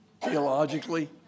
theologically